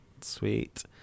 Sweet